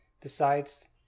decides